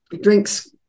drinks